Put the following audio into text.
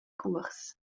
cuors